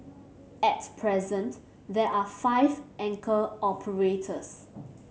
at present there are five anchor operators